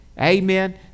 amen